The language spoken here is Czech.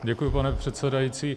Děkuji, pane předsedající.